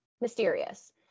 mysterious